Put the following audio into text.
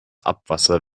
abwasser